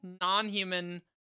non-human